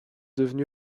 devenue